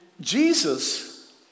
Jesus